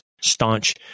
staunch